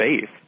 faith